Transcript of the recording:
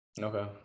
Okay